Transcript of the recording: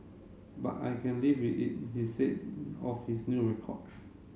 but I can live with it he said of his new record